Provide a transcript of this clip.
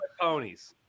Ponies